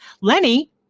Lenny